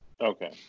Okay